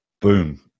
Boom